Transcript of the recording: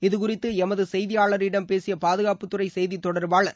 இதுகுறித்து எமது செய்தியாளரிடம் பேசிய பாதுகாப்புத்துறை செய்தித்தொடர்பாளர்